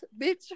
bitch